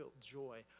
joy